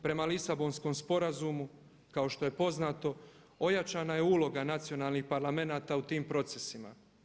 Prema Lisabonskom sporazumu kao što je poznato ojačana je uloga nacionalnih parlamenata u tim procesima.